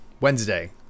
Wednesday